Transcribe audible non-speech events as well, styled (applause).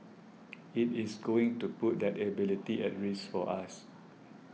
(noise) it is going to put that ability at risk for us